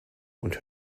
und